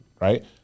right